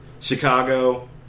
Chicago